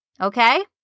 Okay